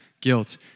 guilt